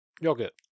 Yogurt